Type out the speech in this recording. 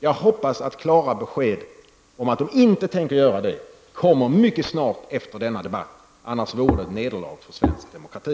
Jag hoppas att det efter denna debatt mycket snart kommer klara besked om motsatsen. I annat fall vore detta ett nederlag för svensk demokrati.